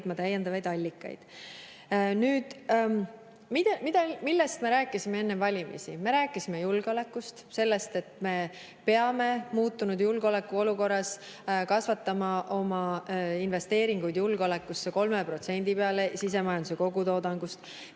täiendavaid allikaid. Millest me rääkisime enne valimisi? Me rääkisime julgeolekust, sellest, et me peame muutunud julgeolekuolukorras kasvatama oma investeeringud julgeolekusse 3% peale sisemajanduse kogutoodangust.